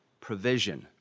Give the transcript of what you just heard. provision